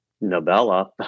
novella